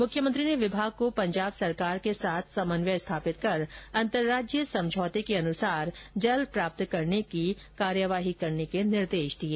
मुख्यमंत्री ने विभाग को पंजाब सरकार के साथ समन्वय स्थापित कर अन्तर्राज्यीय समझौते के अनुसार जल प्राप्त करने की कार्यवाही करने के निर्देश दिए